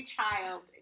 child